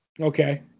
okay